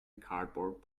cardboard